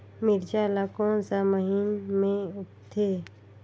मिरचा ला कोन सा महीन मां उगथे?